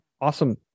awesome